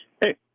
Hey